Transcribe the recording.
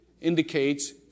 indicates